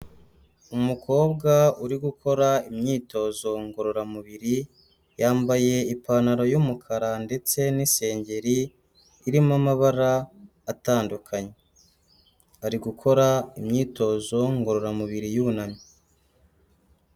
Umukobwa uri gukora imyitozo ngororamubiri, yambaye ipantaro y'umukara ndetse n'isengeri irimo amabara atandukanye, ari gukora imyitozo ngororamubiri yunamye.